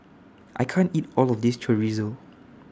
I can't eat All of This Chorizo